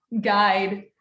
guide